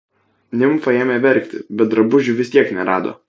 nimfa ėmė verkti bet drabužių vis tiek nerado